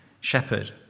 shepherd